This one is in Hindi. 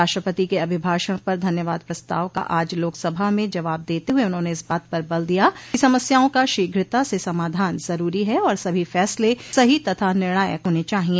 राष्ट्रपति के अभिभाषण पर धन्यवाद प्रस्ताव का आज लोकसभा में जवाब देते हुए उन्होंने इस बात पर बल दिया कि समस्याओं का शीघ्रता से समाधान जरूरी है और सभी फसले सही तथा निर्णायक होने चाहिए